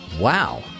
Wow